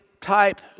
type